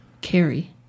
Carrie